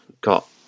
Got